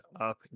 up